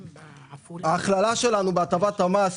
ההכללה שלנו בהטבת המס,